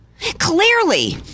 Clearly